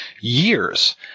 years